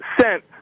sent